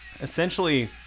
essentially